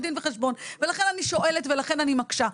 דין וחשבון ולכן אני שואלת ולכן אני מקשה,